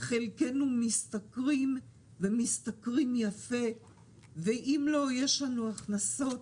חלקנו משתכרים ומשתכרים יפה ואם לא יש לנו הכנסות,